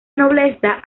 nobleza